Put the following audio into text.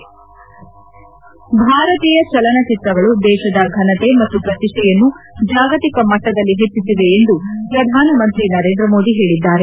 head ಭಾರತೀಯ ಚಲನಚಿತ್ರಗಳು ದೇಶದ ಫನತೆ ಮತ್ತು ಪ್ರತಿಷ್ಠೆಯನ್ನು ಜಾಗತಿಕ ಮಟ್ಟದಲ್ಲಿ ಹೆಚ್ಚಿಸಿವೆ ಎಂದು ಪ್ರಧಾನಮಂತ್ರಿ ನರೇಂದ್ರ ಮೋದಿ ಹೇಳಿದ್ದಾರೆ